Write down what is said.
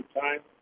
time